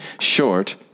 short